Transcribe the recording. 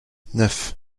neuf